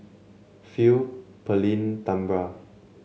Phil Pearlene Tambra